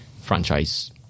franchise